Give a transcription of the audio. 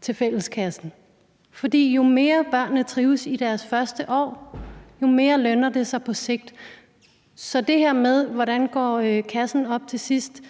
til fælleskassen. For jo mere børnene trives i deres første år, jo mere lønner det sig på sigt. Så hvad angår det her med, hvordan kassen bliver opgjort til sidst,